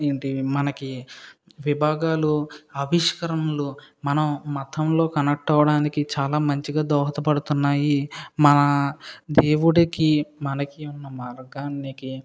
ఏంటి మనకి విభాగాలు ఆవిష్కరణలు మనం మతంలో కనెక్ట్ అవ్వడానికి చాలా మంచిగా దోహదపడుతున్నాయి మన దేవుడికి మనకు ఉన్న మార్గానికి